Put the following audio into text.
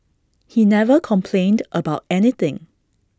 he never complained about anything